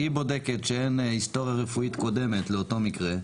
היא בודקת שאין היסטוריה רפואית קודמת לאותו מקרה.